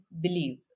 believe